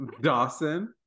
dawson